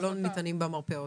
שלא ניתנים במרפאות.